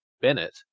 Bennett